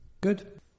Good